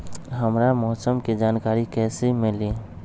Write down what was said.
हमरा मौसम के जानकारी कैसी मिली?